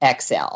XL